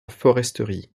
foresterie